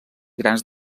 grans